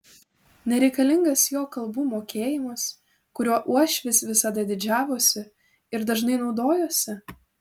nereikalingas jo kalbų mokėjimas kuriuo uošvis visada didžiavosi ir dažnai naudojosi